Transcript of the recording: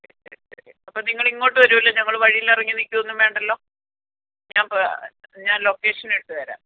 അപ്പം നിങ്ങൾ ഇങ്ങോട്ട് വരുമല്ലോ ഞങ്ങൾ വഴിയിൽ ഇറങ്ങി നിൽക്കുകയൊന്നും വേണ്ടല്ലോ ഞാൻ ഞാൻ ലൊക്കേഷൻ ഇട്ട് തരാം